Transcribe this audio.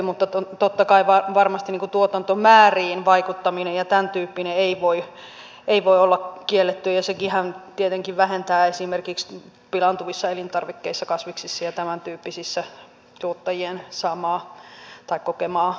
mutta varmastikaan tuotantomääriin vaikuttaminen ja tämäntyyppinen ei voi olla kiellettyä ja sekinhän tietenkin vähentää esimerkiksi pilaantuvissa elintarvikkeissa kasviksissa ja tämäntyyppisissä tuottajien saamaa tai kokemaa riskiä